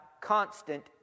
constant